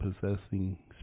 possessing